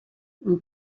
ont